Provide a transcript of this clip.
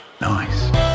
Nice